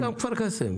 גם כפר קאסם.